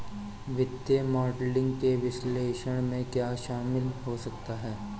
वित्तीय मॉडलिंग के विश्लेषण में क्या शामिल हो सकता है?